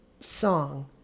song